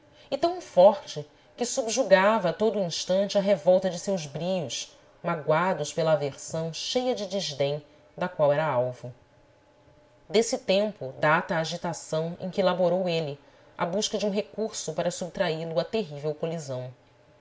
e tão forte que subjugava a todo o instante a revolta de seus brios magoados pela aversão cheia de desdém da qual era alvo desse tempo data a agitação em que laborou ele à busca de um recurso para subtraí lo à terrível colisão